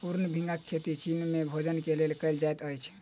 चूर्ण भृंगक खेती चीन में भोजन के लेल कयल जाइत अछि